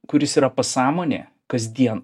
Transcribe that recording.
kuris yra pasąmonė kasdien